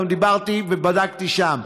דיברתי ובדקתי גם שם.